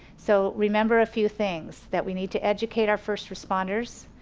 so remember a few things, that we need to educate our first responders.